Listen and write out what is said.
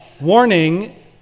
warning